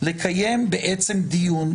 לקיים דיון,